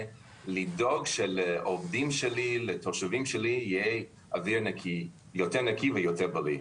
לדאוג שלעובדים שלו יהיה אוויר יותר נקי ויותר בריא.